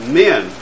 men